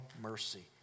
mercy